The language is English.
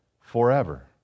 Forever